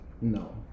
No